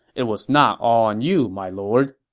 it was not all on you, my lord.